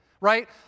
right